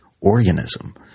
organism